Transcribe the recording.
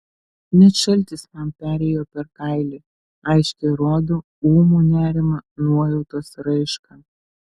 net šaltis man perėjo per kailį aiškiai rodo ūmų nerimą nuojautos raišką